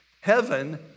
heaven